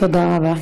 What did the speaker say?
תודה רבה.